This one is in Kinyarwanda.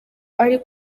ari